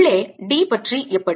உள்ளே D பற்றி எப்படி